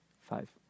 five